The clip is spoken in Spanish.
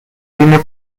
tiene